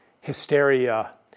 hysteria